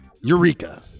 eureka